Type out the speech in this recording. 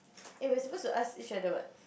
eh we are supposed to ask each other what